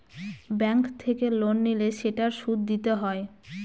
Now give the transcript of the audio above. bank থেকে loan নিলে সেটার সুদ দিতে হয়